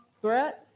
threats